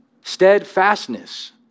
Steadfastness